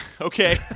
Okay